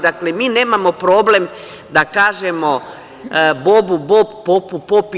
Dakle, mi nemamo problem da kažemo – bobu bob, popu pop.